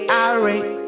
irate